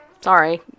sorry